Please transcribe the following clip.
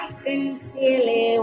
sincerely